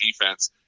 defense